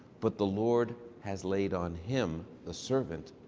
but the lord has laid on him, the servant,